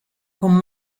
con